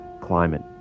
climate